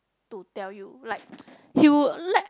to tell you like he would like